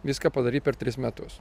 viską padaryt per tris metus